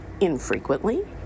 infrequently